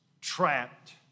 trapped